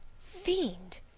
Fiend